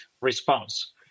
response